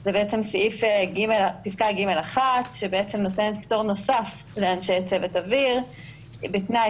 זה פסקה (ג1) שנותנת פטור נוסף לאנשי צוות אוויר בתנאי